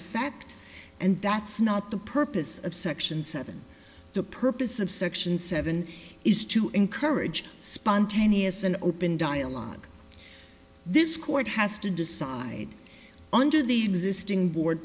effect and that's not the purpose of section seven the purpose of section seven is to encourage spontaneous and open dialogue this court has to decide under the existing board